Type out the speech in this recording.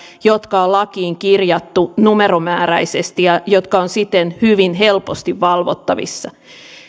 jotka on lakiin kirjattu numeromääräisesti ja jotka ovat siten hyvin helposti valvottavissa